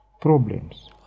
problems